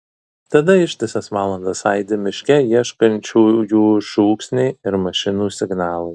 tada ištisas valandas aidi miške ieškančiųjų šūksniai ir mašinų signalai